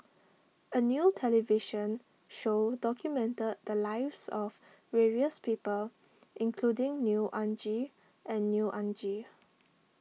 a new television show documented the lives of various people including Neo Anngee and Neo Anngee